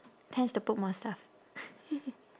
tends to put more stuff